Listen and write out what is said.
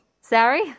sorry